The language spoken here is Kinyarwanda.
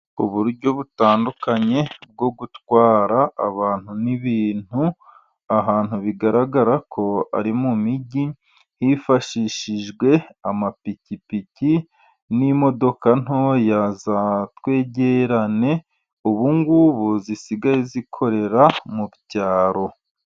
Uburyo butandukanye bwo gutwara abantu n'ibintu ahantu bigaragara ko ari mu mijyi hifashishijwe amapikipiki n'imodoka ntoya za twegerane ubungubu zisigaye zikorera mu byaro.